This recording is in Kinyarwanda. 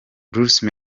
bruce